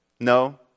No